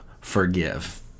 forgive